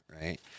right